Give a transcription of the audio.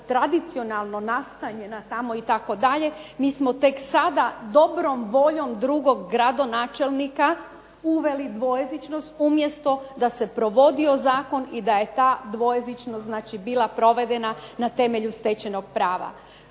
tradicionalno nastanjena tamo itd., mi smo tek sada dobrom voljom drugog gradonačelnika uveli dvojezičnost umjesto da se provodio zakon i da je ta dvojezičnost bila provedena na temelju stečenog prava.